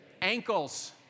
ankles